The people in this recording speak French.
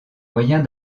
moyens